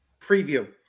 preview